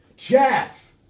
Jeff